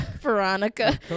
Veronica